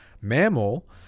mammal